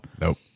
Nope